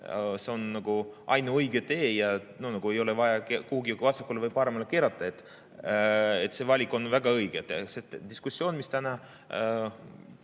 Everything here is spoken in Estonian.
see on ainuõige tee ja ei ole vaja kuhugi vasakule või paremale keerata, sest see valik on väga õige. See diskussioon, mis täna